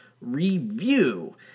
review